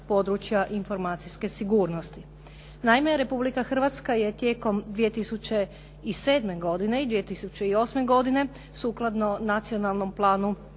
područja informacijske sigurnosti. Naime, Republika Hrvatska je tijekom 2007. godine i 2008. godine sukladno nacionalnom planu